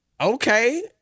okay